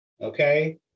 Okay